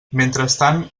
mentrestant